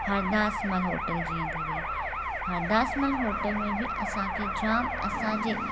Hardasmal hotel जीअं थी वई हरदासमल होटल में बि असांखे जाम असांजे